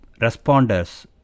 responders